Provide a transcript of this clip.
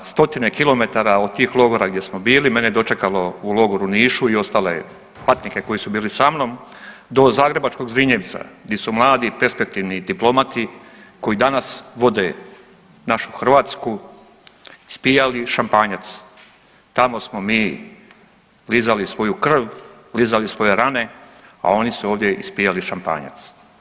Od na stotine kilometara od tih logora gdje smo bili mene dočekalo u logoru u Nišu i ostale patnike koji su bili sa mnom do zagrebačkog Zrinjevca gdje su mladi i perspektivni diplomati koji danas vode našu Hrvatsku ispijali šampanjac, tamo smo mi lizali svoju krv, lizali svoje rane, a oni su ovdje ispijali šampanjac.